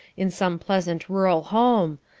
in some pleasant rural home,